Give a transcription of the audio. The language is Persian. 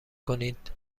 کنید